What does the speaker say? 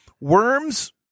worms